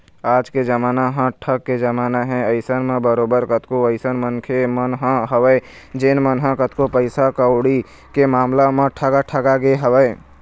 आज के जमाना ह ठग के जमाना हे अइसन म बरोबर कतको अइसन मनखे मन ह हवय जेन मन ह कतको पइसा कउड़ी के मामला म ठगा ठगा गे हवँय